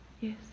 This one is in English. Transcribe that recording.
Yes